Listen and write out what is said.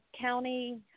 county